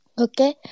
Okay